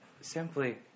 simply